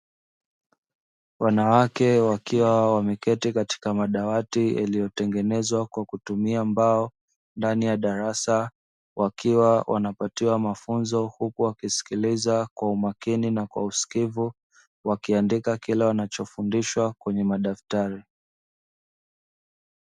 Wanawake wakiwa wameketi katika madawati yaliyotengenezwa kwa kutumia mbao ndani ya darasa, wakiwa wanapatiwa mafunzo huku wakisikiliza kwa umakini na kwa usikivu wakiandika kila wanachofundishwa kwenye madaftari.